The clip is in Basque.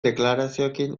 deklarazioekin